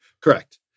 Correct